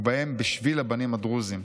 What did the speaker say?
ובהם "בשביל הבנים הדרוזים",